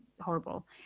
horrible